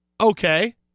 Okay